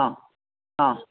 हा हा